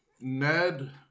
Ned